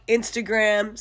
Instagram